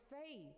faith